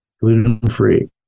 gluten-free